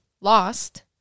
Lost